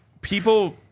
People